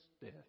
death